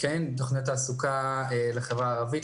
תוכניות תעסוקה לחברה הערבית,